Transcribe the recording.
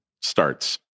starts